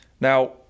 Now